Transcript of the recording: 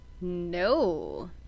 No